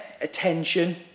attention